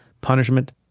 Punishment